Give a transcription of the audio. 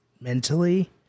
mentally